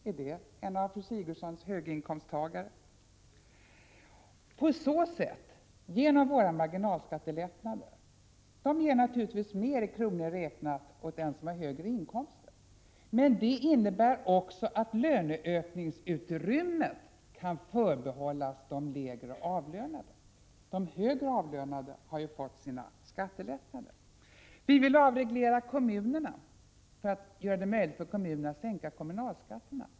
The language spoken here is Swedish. Är det en av fru Sigurdsens höginkomsttagare? Våra förslag till marginalskattelättnader ger naturligtvis mer i kronor räknat åt den som har högre inkomster. Men det innebär också att löneökningsutrymmet kan förbehållas de lägre avlönade. De högre avlönade har ju fått sina skattelättnader. Vi vill avreglera kommunerna för att göra det möjligt för dem att sänka kommunalskatten.